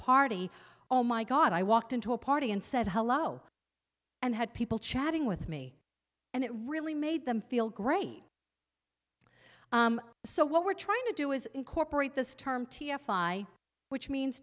party oh my god i walked into a party and said hello and had people chatting with me and it really made them feel great so what we're trying to do is incorporate this term t s i which means